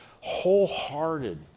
wholehearted